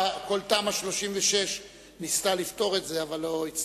תמ"א 36 ניסתה לפתור את זה, אבל לא הצליחה.